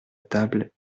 table